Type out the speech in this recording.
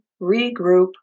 regroup